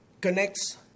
connects